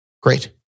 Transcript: great